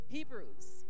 Hebrews